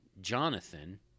Jonathan